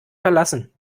verlassen